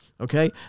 okay